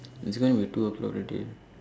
it going to be two o-clock already